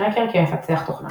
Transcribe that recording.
קראקר כמפצח תוכנה